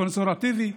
קונסרבטיבי,